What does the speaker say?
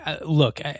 look